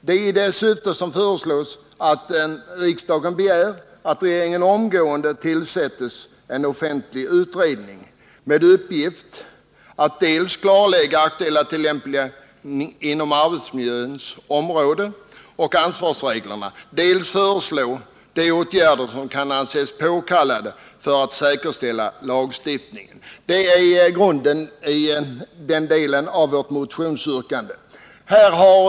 Det är i syfte att undanröja sådana oklarheter som vi föreslår att riksdagen begär att regeringen omgående tillsätter en offentlig utredning med uppgift att dels klarlägga aktuell tillämpning av arbetsmiljölagens ansvarsregler, dels föreslå de åtgärder som kan anses påkallade för att säkerställa lagstiftarens intentioner. Detta är bakgrunden till vårt motionsyrkande i den delen.